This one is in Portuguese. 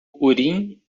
urim